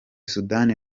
sudan